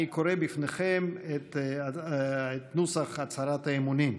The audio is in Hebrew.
אני קורא לפניכם את נוסח הצהרת האמונים: